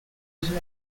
named